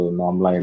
normal